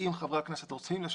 אם חברי הכנסת רוצים לשנות,